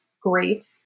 great